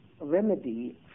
remedy